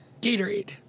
Gatorade